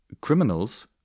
criminals